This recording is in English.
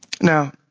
Now